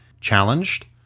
challenged